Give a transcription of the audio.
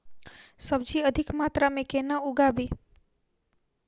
सब्जी अधिक मात्रा मे केना उगाबी?